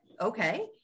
okay